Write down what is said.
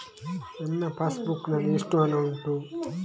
ನನ್ನ passbook ನಲ್ಲಿ ಎಷ್ಟು ಹಣ ಉಂಟು?